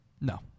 No